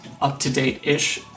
up-to-date-ish